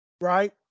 right